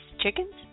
chickens